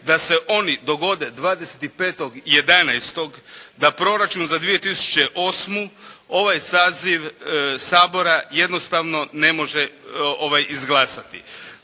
da se oni dogode 25. 11. da proračun za 2008. ovaj saziv Sabora jednostavno ne može izglasati.